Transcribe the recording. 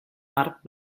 marc